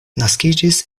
naskiĝis